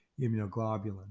immunoglobulin